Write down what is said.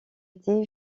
été